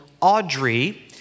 Audrey